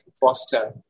foster